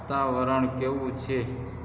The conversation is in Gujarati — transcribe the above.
વાતાવરણ કેવું છે